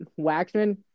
Waxman